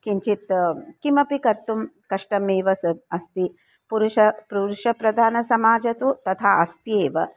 किञ्चित् किमपि कर्तुं कष्टमेव सः अस्ति पुरुषः पुरुषप्रधानसमाजः तु तथा अस्ति एव